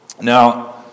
Now